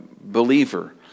believer